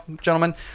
gentlemen